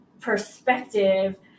perspective